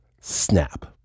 snap